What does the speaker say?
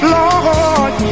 Lord